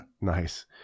Nice